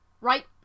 Right